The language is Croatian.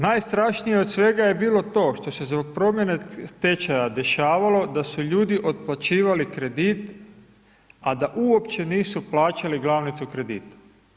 Najstrašnije od svega je bilo to što se zbog promjene tečaja dešavalo da su ljudi otplaćivali kredit, a da uopće nisu plaćali glavnicu kredita.